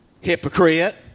Hypocrite